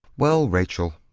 well, rachel,